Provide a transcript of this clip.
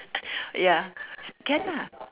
ya can ah